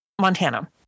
Montana